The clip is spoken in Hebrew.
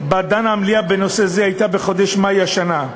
שבה דנה המליאה בנושא זה הייתה בחודש מאי השנה.